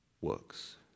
works